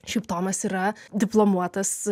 šiaip tomas yra diplomuotas